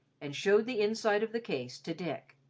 and showed the inside of the case to dick.